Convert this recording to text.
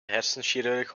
hersenchirurg